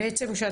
בפעולות היותר